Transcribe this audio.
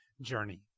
journey